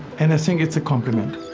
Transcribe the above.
and i think it's a compliment.